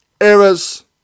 errors